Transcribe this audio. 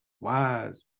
wise